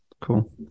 cool